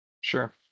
sure